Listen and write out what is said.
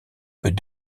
peut